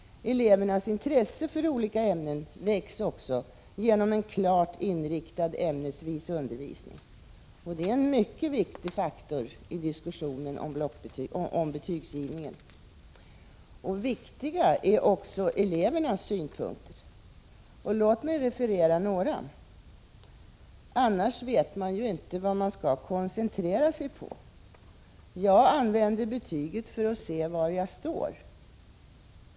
Elevernas intresse för olika ämnen väcks också genom en klart inriktad ämnesvis undervisning. Det är en mycket viktig faktor i diskussionen om betygsgivningen. Viktiga är också elevernas synpunkter. Låt mig referera några: ”Annars vet man ju inte vad man skall koncentrera sig på. Jag använder betyget för att se var jag står.